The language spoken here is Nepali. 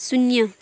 शून्य